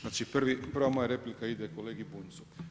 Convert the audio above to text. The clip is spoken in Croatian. Znači prva moja replika je ide kolegi Bunjcu.